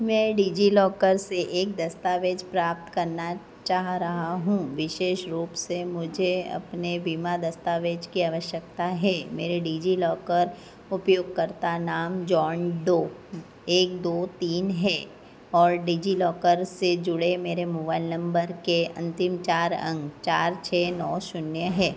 मैं डिजिलॉकर से एक दस्तावेज़ प्राप्त करना चाह रहा हूँ विशेष रूप से मुझे अपने बीमा दस्तावेज़ की आवश्यकता है मेरा डिजिलॉकर उपयोगकर्ता नाम जॉन डो एक दो तीन है और डिजिलॉकर से जुड़े मेरे मोबाइल नंबर के अंतिम चार अंक चार छः नौ शून्य है